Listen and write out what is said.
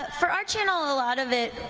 ah for our channel, a lot of it,